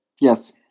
Yes